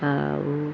আৰু